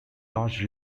large